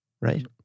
right